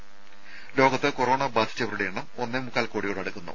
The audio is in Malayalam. ത ലോകത്ത് കൊറോണ ബാധിച്ചവരുടെ എണ്ണം ഒന്നേമുക്കാൽ കോടിയോട് അടുക്കുന്നു